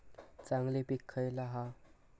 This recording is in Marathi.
चांगली पीक खयला हा?